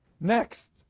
Next